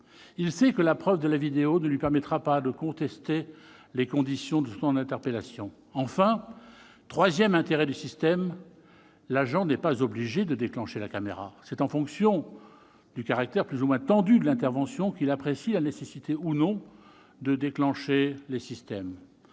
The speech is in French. Il sait que la preuve de la vidéo ne lui permettra pas de contester les conditions de son interpellation. Enfin, et c'est le troisième intérêt du système, l'agent n'est pas obligé de déclencher la caméra. C'est en fonction du caractère plus ou moins tendu de l'intervention qu'il apprécie la nécessité ou non de déclencher le système.